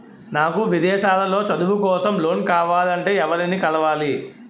నాకు విదేశాలలో చదువు కోసం లోన్ కావాలంటే ఎవరిని కలవాలి?